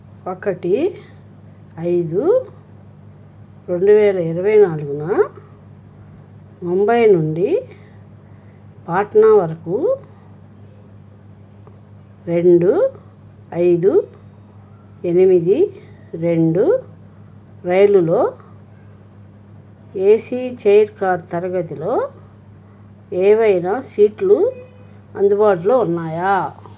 ఒకటి ఐదు రెండు వేల ఇరవై నాలుగున ముంబై నుండి పాట్నా వరకు రెండు ఐదు ఎనిమిది రెండు రైలులో ఏసీ చైర్ కార్ తరగతిలో ఏవైనా సీట్లు అందుబాటులో ఉన్నాయా